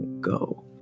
Go